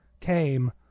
came